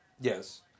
Yes